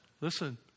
listen